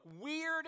weird